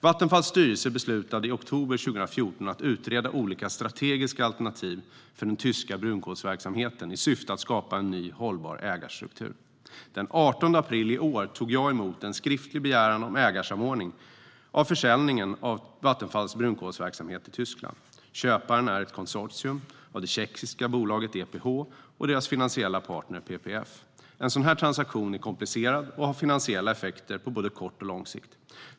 Vattenfalls styrelse beslutade i oktober 2014 att utreda olika strategiska alternativ för den tyska brunkolsverksamheten i syfte att skapa en ny hållbar ägarstruktur. Den 18 april i år tog jag emot en skriftlig begäran om ägarsamordning av försäljningen av Vattenfalls brunkolsverksamhet i Tyskland. Köparen är ett konsortium av det tjeckiska bolaget EPH och dess finansiella partner PPF. En sådan transaktion är komplicerad och har finansiella effekter på både kort och lång sikt.